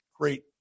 great